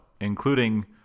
including